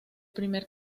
primer